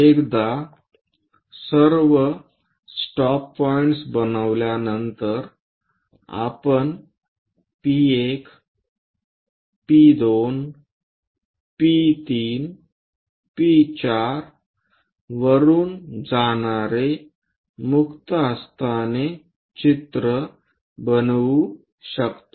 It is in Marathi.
एकदा स्टॉप पॉईंट्स बनल्यानंतर आपण P1 P2 P3 P4 वरून जाणारे मुक्त हस्ताने चित्र बनवू शकतो